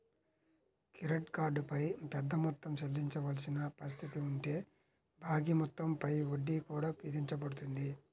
credit card పై పెద్ద మొత్తం చెల్లించవలసిన పరిస్థితి ఉంటే బాకీ మొత్తం పై వడ్డీ కూడా విధించబడుతుంది